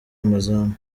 amazamu